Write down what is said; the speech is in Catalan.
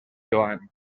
joan